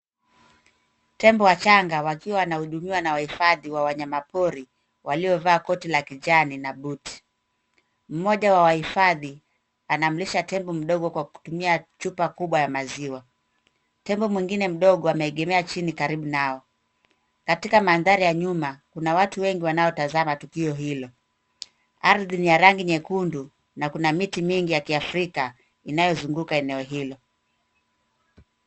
Tembo wachanga wakiwa wanahudumiwa na wahifadhi wa wanyama pori waliovaa koti la kijani na boot . Mmoja wa wahifadhi anamlisha tembo mdogo kwa kutumia chupa kubwa ya maziwa. Tembo mwengine mdogo ameegmea chini karibu nao. Katika mandhari ya nyuma, kuna watu wengi wanaotazama tukio hilo. Ardhi ni ya rangi nyekundu ana kuna miti mingi ya Kiafrika inayozunguka eneo hilo.